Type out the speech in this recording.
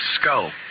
skull